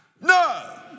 No